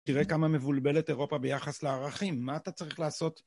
תראה כמה מבולבלת אירופה ביחס לערכים. מה אתה צריך לעשות?